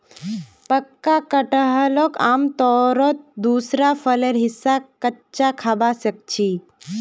पक्का कटहलक आमतौरत दूसरा फलेर हिस्सा कच्चा खबा सख छि